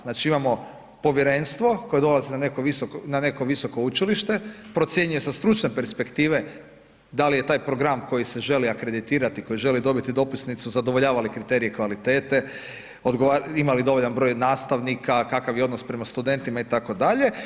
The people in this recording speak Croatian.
Znači imamo povjerenstvo koje dolazi na neko visoko učilište, procjenjuje sa stručne perspektive da li je taj program koji se želi akreditirati, koji želi dobiti dopisnicu zadovoljava li kriterije kvalitete, ima li dovoljan broj nastavnika, kakav je odnos prema studentima itd.